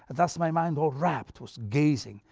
and thus my mind, all rapt, was gazing,